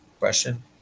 Question